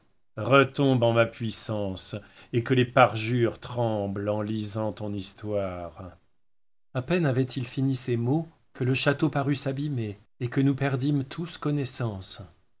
retombe en ma puissance et que les parjures tremblent en lisant ton histoire a peine avait-il fini ces mots que le château parut s'abîmer et que nous perdîmes tous connaissance